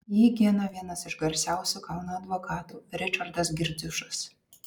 jį gina vienas iš garsiausių kauno advokatų ričardas girdziušas